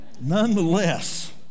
Nonetheless